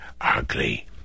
ugly